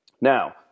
Now